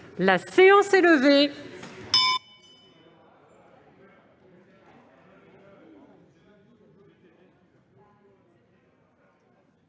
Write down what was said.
La séance est levée.